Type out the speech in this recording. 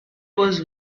was